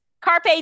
carpe